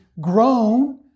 grown